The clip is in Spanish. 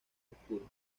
oscuro